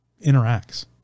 interacts